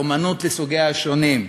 ועל אמנות לסוגיה השונים,